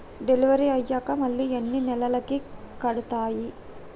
Delivery అయ్యాక మళ్ళీ ఎన్ని నెలలకి కడుతాయి?